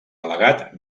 al·legat